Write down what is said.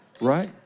right